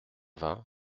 vingt